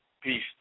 peace